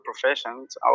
professions